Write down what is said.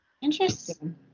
Interesting